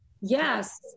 Yes